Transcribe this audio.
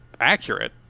accurate